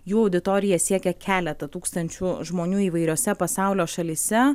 jų auditorija siekia keletą tūkstančių žmonių įvairiose pasaulio šalyse